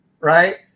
right